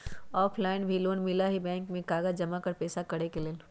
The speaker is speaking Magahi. ऑफलाइन भी लोन मिलहई बैंक में कागज जमाकर पेशा करेके लेल?